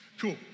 Cool